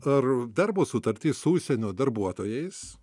ar darbo sutartys su užsienio darbuotojais